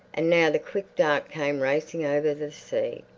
and now the quick dark came racing over the sea,